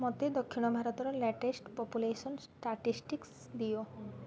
ମୋତେ ଦକ୍ଷିଣ ଭାରତର ଲାଟେଷ୍ଟ ପପୁଲେସନ୍ ଷ୍ଟାଟିଷ୍ଟିକ୍ସ୍ ଦିଅ